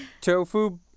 Tofu